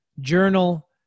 journal